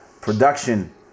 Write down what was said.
Production